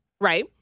right